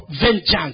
vengeance